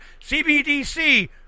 CBDC